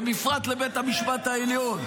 ובפרט לבית המשפט העליון,